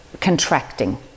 contracting